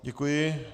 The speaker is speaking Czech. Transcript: Děkuji.